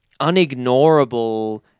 unignorable